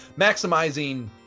maximizing